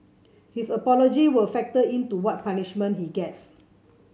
his apology will factor in to what punishment he gets